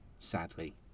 sadly